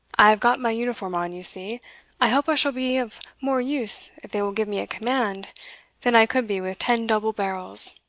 i have got my uniform on, you see i hope i shall be of more use if they will give me a command than i could be with ten double-barrels.